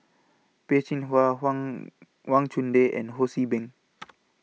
Peh Chin Hua Wang Wang Chunde and Ho See Beng